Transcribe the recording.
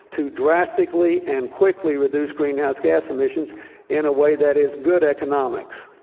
to drastically and quickly reduce greenhouse gas emissions in a way that is good economics.